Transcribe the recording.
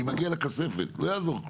אני מגיע לכספת לא יעזור כלום.